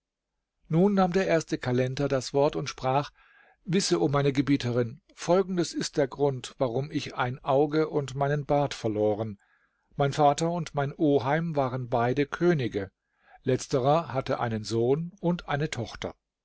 nun nahm der erste kalender das wort und sprach wisse o meine gebieterin folgendes ist der grund warum ich ein auge und meinen bart verloren mein vater und mein oheim waren beide könige letzterer hatte einen sohn und eine tochter